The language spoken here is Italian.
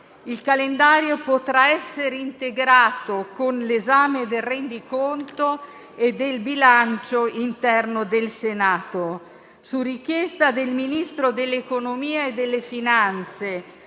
Il calendario potrà essere integrato con l'esame del rendiconto e del bilancio interno del Senato. Su richiesta del Ministro dell'economia e delle finanze